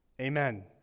amen